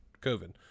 COVID